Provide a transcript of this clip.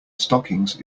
stockings